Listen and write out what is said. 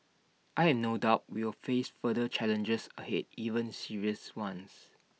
I have no doubt we will face further challenges ahead even serious ones